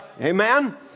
Amen